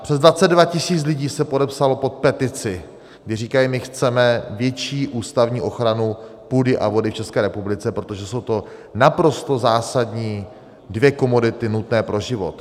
Přes 22 tisíc lidí se podepsalo pod petici, kdy říkali my chceme větší ústavní ochranu půdy a vody v České republice, protože jsou to naprosto zásadní dvě komodity nutné pro život.